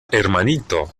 hermanito